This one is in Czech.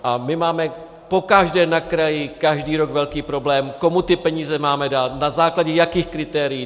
A my máme pokaždé na kraji každý rok velký problém, komu ty peníze máme dát, na základě jakých kritérií.